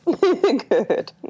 good